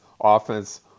offense